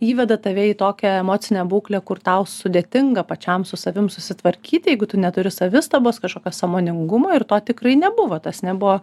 įveda tave į tokią emocinę būklę kur tau sudėtinga pačiam su savim susitvarkyti tu neturi savistabos kašokio sąmoningumo ir to tikrai nebuvo tas nebuvo